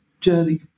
journey